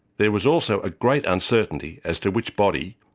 there was also a great uncertainty as to which body,